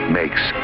makes